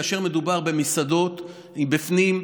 כאשר מדובר במסעדות בפנים,